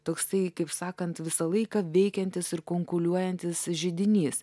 toksai kaip sakant visą laiką veikiantis ir kunkuliuojantis židinys